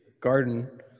garden